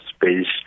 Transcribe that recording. based